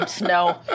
No